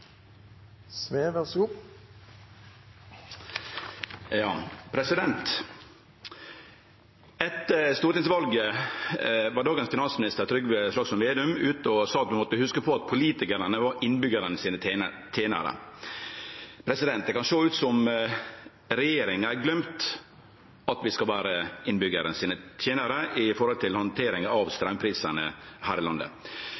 Etter stortingsvalet var dagens finansminister, Trygve Slagsvold Vedum, ute og sa at ein måtte hugse på at politikarane var innbyggjarane sine tenarar. Det kan sjå ut som om regjeringa har gløymt at vi skal vere innbyggjarane sine tenarar med omsyn til handteringa av straumprisane her i landet.